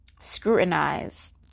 scrutinize